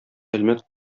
әлмәт